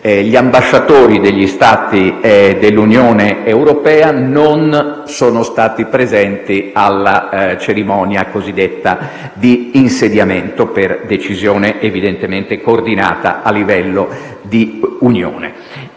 Gli ambasciatori degli Stati dell'Unione europea non sono stati presenti alla cerimonia cosiddetta di insediamento, per decisione evidentemente coordinata a livello di Unione.